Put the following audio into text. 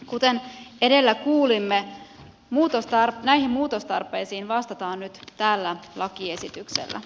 kuten edellä kuulimme näihin muutostarpeisiin vastataan nyt tällä lakiesityksellä